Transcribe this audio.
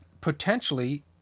potentially